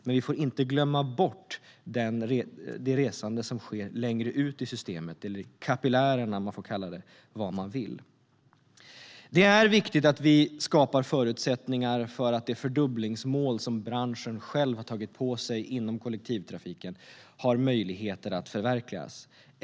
Men vi får inte glömma bort det resande som sker längre ut i systemet i kapillärerna, eller vad man vill kalla det. Det är viktigt att vi skapar förutsättningar för att det fördubblingsmål som branschen själv har tagit på sig inom kollektivtrafiken har möjligheter att förverkligas.